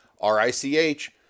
r-i-c-h